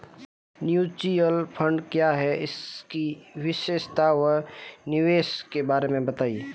Mutual fund क्या है इसकी विशेषता व निवेश के बारे में बताइये?